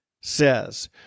says